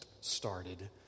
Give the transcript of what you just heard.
started